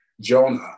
Jonah